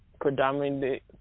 predominantly